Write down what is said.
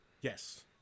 Yes